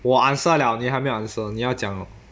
我 answer 了你还没有 answer 你要讲 hor